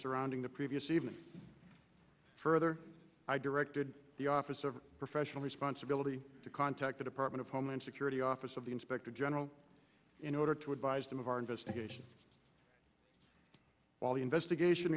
surrounding the previous evening further i directed the office of professional responsibility to contact the department of homeland security office of the inspector general in order to advise them of our investigation while the investigation